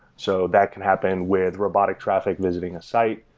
so that can happen with robotic traffic visiting a site.